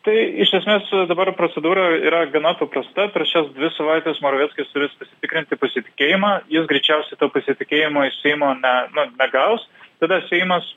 tai iš esmės dabar procedūra yra gana paprasta per šias dvi savaites moraveckis turės pasitikrinti pasitikėjimą jis greičiausiai to pasitikėjimo iš seimo ne nu negaus tada seimas